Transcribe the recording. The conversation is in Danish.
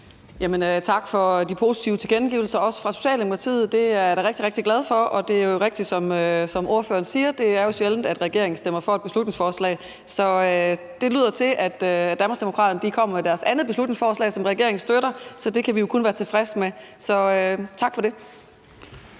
Tak for de positive tilkendegivelser, også fra Socialdemokratiet. Det er jeg da rigtig, rigtig glad for, og det er jo rigtigt, som ordføreren siger, at det er sjældent, at regeringen stemmer for et beslutningsforslag. Så det lyder til, at Danmarksdemokraterne er kommet med deres andet beslutningsforslag, som regeringen støtter, så det kan vi jo kun være tilfredse med. Så tak for det.